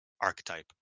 archetype